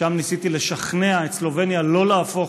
ושם ניסיתי לשכנע את סלובניה לא להפוך